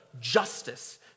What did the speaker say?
justice